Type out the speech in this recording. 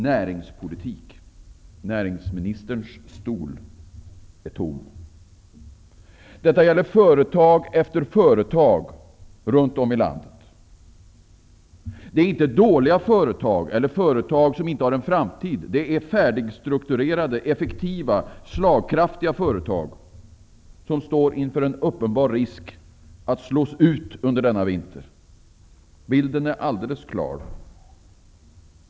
Näringspolitik -- näringsministerns stol är tom. Det gäller företag efter företag runt om i landet. Det är inte dåliga företag, eller företag som inte har någon framtid. Det är färdigstrukturerade, effektiva, slagkraftiga företag, som står inför en uppenbar risk att slås ut under denna vinter. Bilden är alldeles klar.